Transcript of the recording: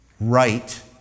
Right